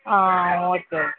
ah okay okay